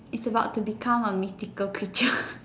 is about to become a mystical creature